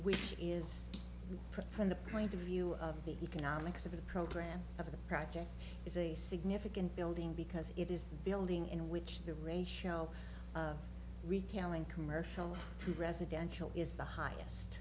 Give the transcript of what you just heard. which is from the point of view of the economics of the program of the project is a significant building because it is the building in which the ratio of retail and commercial and residential is the highest